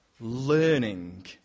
learning